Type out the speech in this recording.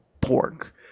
pork